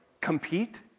compete